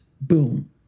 boom